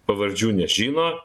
pavardžių nežino